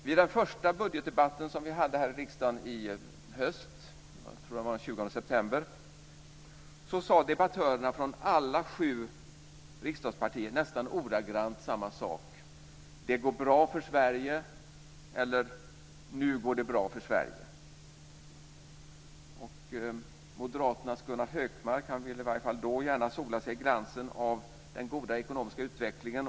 Vid den första budgetdebatten som vi hade här i riksdagen i höst - jag tror att det var den 20 september - sade debattörerna från alla sju riksdagspartier nästan ordagrant samma sak: "Det går bra för Sverige", eller "Nu går det bra för Sverige". Moderaternas Gunnar Hökmark ville i varje fall då gärna sola sig i glansen av den goda ekonomiska utvecklingen.